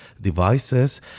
devices